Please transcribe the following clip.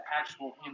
actual